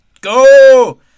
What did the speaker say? go